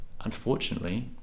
unfortunately